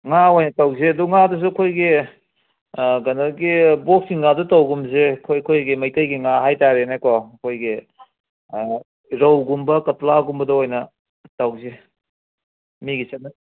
ꯉꯥ ꯑꯣꯏꯅ ꯇꯧꯁꯦ ꯑꯗꯨ ꯉꯥꯗꯨꯁꯨ ꯑꯩꯈꯣꯏꯒꯤ ꯀꯩꯅꯣꯒꯤ ꯕꯣꯛꯁꯀꯤ ꯉꯥꯗꯨ ꯇꯧꯒꯨꯝꯁꯦ ꯑꯩꯈꯣꯏ ꯑꯩꯈꯣꯏꯒꯤ ꯃꯩꯇꯩꯒꯤ ꯉꯥ ꯍꯥꯏꯇꯔꯦꯅꯦꯀꯣ ꯑꯩꯈꯣꯏꯒꯤ ꯔꯧꯒꯨꯝꯕ ꯀꯇꯂꯒꯨꯝꯕꯗ ꯑꯣꯏꯅ ꯇꯧꯁꯤ ꯃꯤꯒꯤ